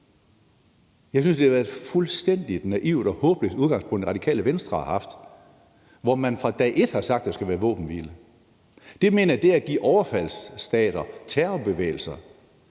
Jeg synes, at det har været et fuldstændig naivt og håbløst udgangspunkt, Radikale Venstre har haft, hvor man fra dag et har sagt, at der skal være en våbenhvile. Det mener jeg er det samme som at give overfaldsstater og terrorbevægelser